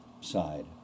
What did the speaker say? side